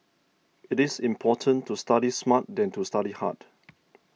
it is important to study smart than to study hard